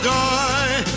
die